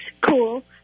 cool